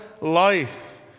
life